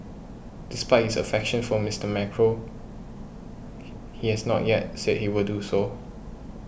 despite his affection for Mister Macron he he has not yet said he will do so